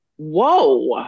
Whoa